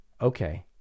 okay